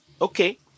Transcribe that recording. Okay